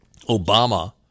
Obama